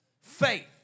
faith